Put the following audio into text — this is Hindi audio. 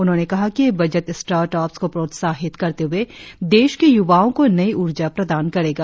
उन्होंने कहा कि बजट स्टार्टअप्स को प्रोत्साहित करते हुए देश के युवाओ को नई ऊर्जा प्रदान करेगा